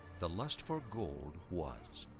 the lust for gold was.